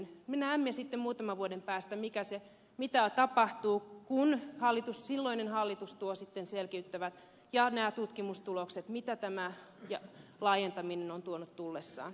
me näemme sitten muutaman vuoden päästä mitä tapahtuu kun silloinen hallitus tuo sitten selvitykset ja tutkimustulokset siitä mitä tämä laajentaminen on tuonut tullessaan